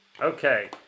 Okay